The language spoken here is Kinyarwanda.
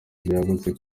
byagutse